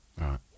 right